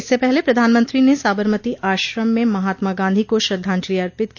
इससे पहले प्रधानमंत्री ने साबरमती आश्रम में महात्मा गांधी को श्रद्धांजलि अर्पित की